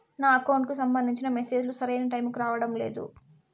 నా అకౌంట్ కు సంబంధించిన మెసేజ్ లు సరైన టైము కి రావడం లేదు